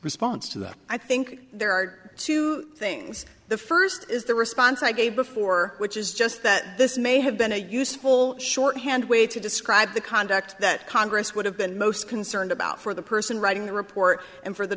response to that i think there are two things the first is the response i gave before which is just that this may have been a useful shorthand way to describe the conduct that congress would have been most concerned about for the person writing the report and for the